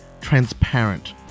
transparent